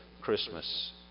Christmas